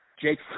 Jake